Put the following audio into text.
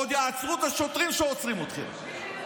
עוד יעצרו את השוטרים שעוצרים אתכם.